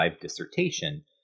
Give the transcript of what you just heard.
dissertation